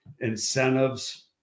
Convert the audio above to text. incentives